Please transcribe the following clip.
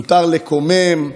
מותר לקומם,